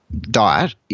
diet